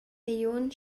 millionen